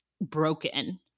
broken